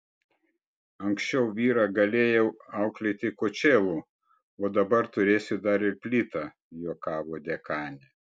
anksčiau vyrą galėjau auklėti kočėlu o dabar turėsiu dar ir plytą juokavo dekanė